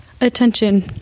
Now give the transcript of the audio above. Attention